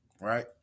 right